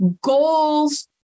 Goals